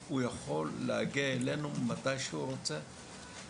הוא יכול להגיע אלינו מתי שהוא רוצה,